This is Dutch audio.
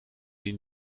die